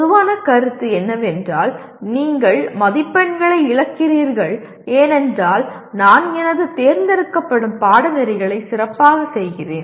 பொதுவான கருத்து என்னவென்றால் நீங்கள் மதிப்பெண்களை இழக்கிறீர்கள் ஏனென்றால் நான் எனது தேர்ந்தெடுக்கப்படும் பாடநெறிகளை சிறப்பாகச் செய்கிறேன்